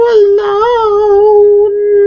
alone